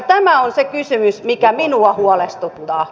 tämä on se kysymys mikä minua huolestuttaa